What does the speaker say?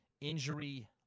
injury